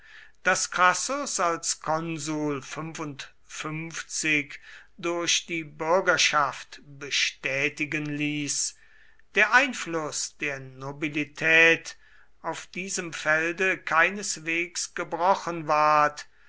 das crassus als konsul durch die bürgerschaft bestätigen ließ der einfluß der nobilität auf diesem felde keineswegs gebrochen ward